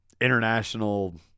international